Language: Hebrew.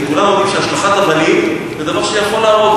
כולנו יודעים שהשלכת אבנים זה דבר שיכול להרוג.